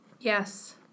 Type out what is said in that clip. Yes